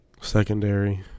Secondary